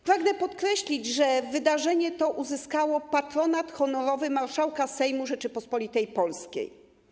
Pragnę podkreślić, że wydarzenie to uzyskało patronat honorowy marszałka Sejmu Rzeczypospolitej Polskiej.